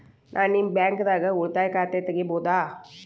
ನಾ ನಿಮ್ಮ ಬ್ಯಾಂಕ್ ದಾಗ ಉಳಿತಾಯ ಖಾತೆ ತೆಗಿಬಹುದ?